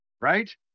right